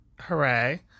Hooray